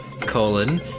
colon